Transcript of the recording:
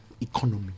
economy